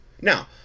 now